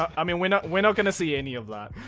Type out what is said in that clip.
i mean we're not we're not gonna see any of that.